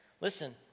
Listen